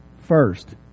first